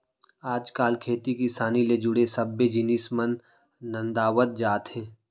आज काल खेती किसानी ले जुड़े सब्बे जिनिस मन नंदावत जात हें